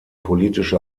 politische